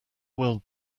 world